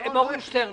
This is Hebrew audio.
אלי מורגנשטרן,